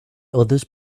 others